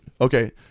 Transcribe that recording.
Okay